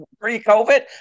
pre-COVID